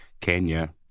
Kenya